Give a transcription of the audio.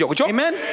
amen